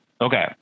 Okay